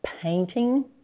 painting